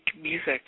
music